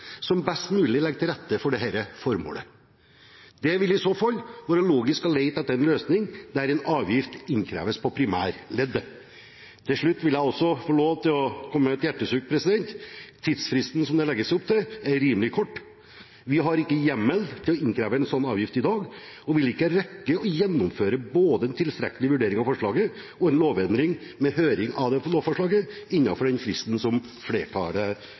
som best mulig legger til rette for dette formålet. Det ville i så fall være logisk å lete etter en løsning der en avgift innkreves på primærleddet. Til slutt vil jeg få lov til å komme med et hjertesukk. Tidsfristen som det legges opp til, er rimelig kort. Vi har ikke hjemmel til å innkreve en sånn avgift i dag, og vi vil ikke rekke å gjennomføre både en tilstrekkelig vurdering av forslaget og en lovendring – med høring av lovforslaget – innenfor den fristen som flertallet